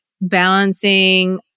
balancing